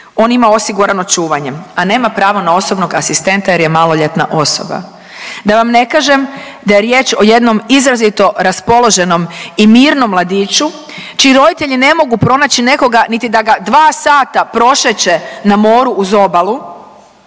on ima osigurano čuvanje, a nema pravo na osobnog asistenta jer je maloljetna osoba. Da vam ne kažem da je riječ o jednom izrazito raspoloženom i mirnom mladiću čiji roditelji ne mogu pronaći nekoga niti da ga 2 sata prošeće na moru uz obalu,